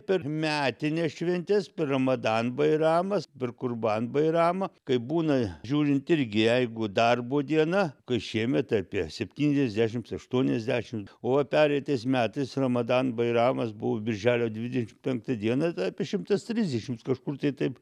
per metines šventes per ramadan bairamas per kurban bairamą kaip būna žiūrint irgi jeigu darbo diena kai šiemet apie septyniasdešims aštuoniasdešimt o va pereitais metais ramadan bairamas buvo birželio dvidešim penktą dieną tai apie šimtas trisdešims kažkur tai taip